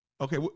Okay